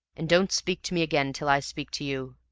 and don't speak to me again till i speak to you.